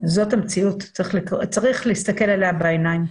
צריך להסתכל עליה בעיניים.